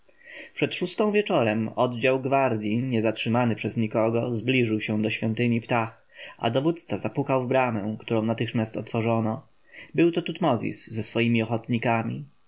przed szóstą wieczorem oddział gwardji nie zatrzymany przez nikogo zbliżył się do świątyni ptah a dowódca zapukał w bramę którą natychmiast otworzono był to tutmozis ze swoimi ochotnikami